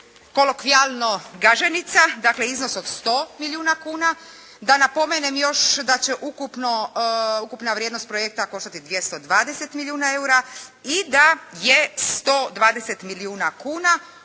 kolokvijalno Gaženica dakle iznos od 100 milijuna kuna, da kažem da će ukupna vrijednost projekta koštati 220 milijuna eura i da je 120 milijuna kuna